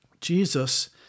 Jesus